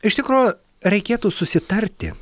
iš tikro reikėtų susitarti